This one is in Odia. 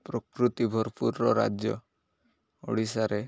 ପ୍ରକୃତି ଭରପୁରର ରାଜ୍ୟ ଓଡ଼ିଶାରେ